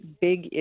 big